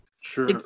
sure